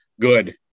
good